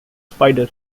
spider